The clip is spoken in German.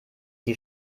die